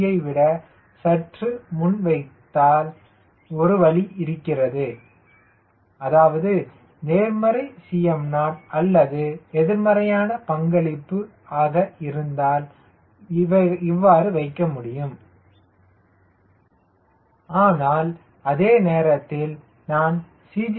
யை விட சற்று முன்னால் வைக்க ஒரு வழி இருக்கிறது அதாவது நேர்மறை Cm0 அல்லது நேர்மறையான பங்களிப்பு ஆக இருந்தால் வைக்க முடியும் ஆனால் அதே நேரத்தில் நான் CG